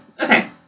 Okay